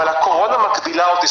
אבל הקורונה מגבילה אותי.